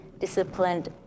disciplined